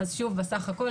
אז בסך הכול,